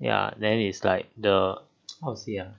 ya then it's like the how to say ah